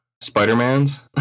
Spider-Mans